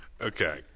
Okay